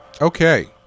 Okay